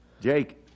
Jake